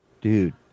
Dude